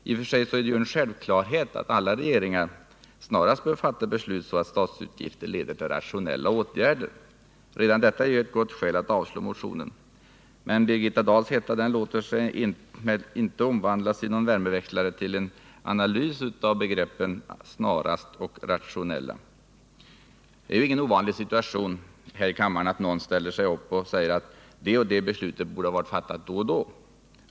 I och för sig är det ju en självklarhet att alla regeringar bör fatta sådana beslut att statsutgifter leder till rationella åtgärder. Redan detta är ett gott skäl för att avslå motionen. Birgitta Dahls hetta låter sig emellertid inte omvandlas i någon värmeväxlare till en analys av begreppen ”snarast” och ”rationella”. Det är ingen ovanlig situation här i kammaren att någon står upp och säger att det eller det beslutet borde ha varit fattat då eller då.